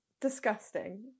Disgusting